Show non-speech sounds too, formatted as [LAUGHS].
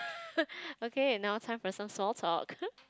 [LAUGHS] okay now it's time for some small talk [LAUGHS]